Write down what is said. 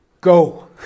go